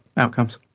outcomes.